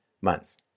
months